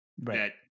right